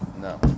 no